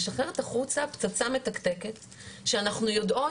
משחררת החוצה פצצה מתקתקת כשאנחנו יודעות